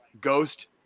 ghost